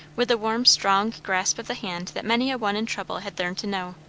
with the warm, strong grasp of the hand that many a one in trouble had learned to know.